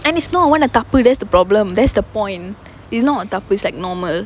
and it's not தப்பு:thappu that's the problem that's the point it's not தப்பு:thappu it's like normal